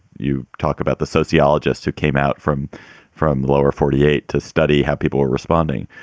you talk about the sociologists who came out from from lower forty eight to study how people were responding.